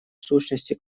сущности